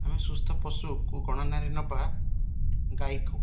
ଆମେ ସୁସ୍ଥ ପଶୁକୁ ଗଣନାରେ ନବା ଗାଈକୁ